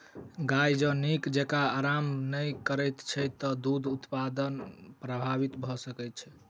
गाय जँ नीक जेँका आराम नै करैत छै त दूध उत्पादन प्रभावित भ सकैत छै